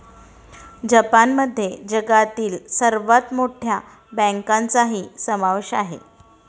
जपानमध्ये जगातील सर्वात मोठ्या बँकांचाही समावेश आहे